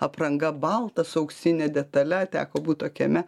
apranga balta su auksine detale teko būt tokiame